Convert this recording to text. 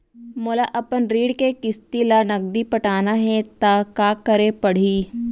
मोला अपन ऋण के किसती ला नगदी पटाना हे ता का करे पड़ही?